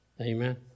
Amen